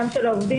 גם של העובדים,